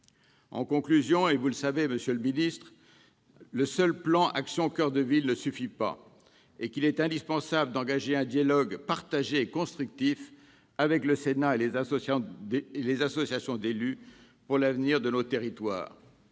de développement. Vous le savez, monsieur le ministre, le seul plan « Action coeur de ville » ne suffira pas. Il est indispensable d'engager un dialogue partagé et constructif avec le Sénat et les associations d'élus pour l'avenir de nos territoires.